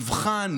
נבחן,